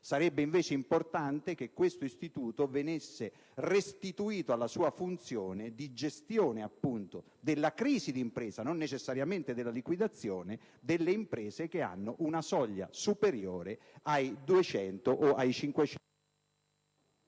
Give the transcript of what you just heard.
Sarebbe invece importante che a questo istituto venisse restituita la sua funzione di gestione della crisi di impresa (non necessariamente della liquidazione), per le imprese che hanno una soglia superiore ai 200 o ai 500...